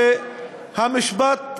שהמשפט הבין-לאומי,